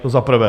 To za prvé.